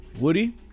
Woody